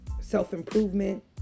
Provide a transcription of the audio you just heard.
self-improvement